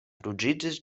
ruĝiĝis